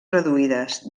reduïdes